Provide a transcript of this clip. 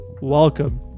Welcome